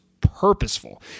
purposeful